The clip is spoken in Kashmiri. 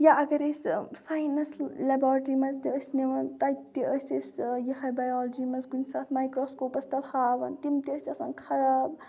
یا اگر أسۍ ساینس لیبارٹرٛی منٛز تہِ أسۍ نِوان تَتہِ تہِ ٲسۍ أسۍ یِہٕے بَیولوجی منٛز کُنہِ ساتہٕ مایکرٛاسکوپَس تَل ہاوَان تِم ٲسۍ آسان خاب